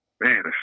man